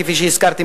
כפי שהזכרתי,